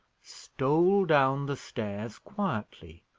stole down the stairs quietly,